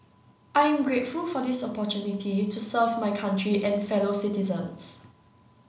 I am grateful for this opportunity to serve my country and fellow citizens